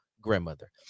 grandmother